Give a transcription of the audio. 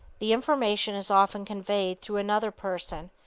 the information is often conveyed through another person,